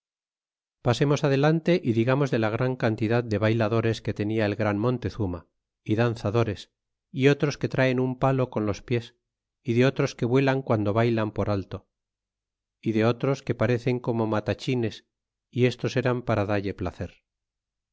pasemos adelante y digamos de la gran cantidad de bayladores que tenia el gran montezuma y danzadores é otros que traen un palo con los pies y de otros que vuelan cuando baylan por alto y de otros que parecen como matachines y estos eran para dalle placer